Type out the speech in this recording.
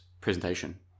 presentation